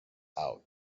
out